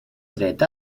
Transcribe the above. dret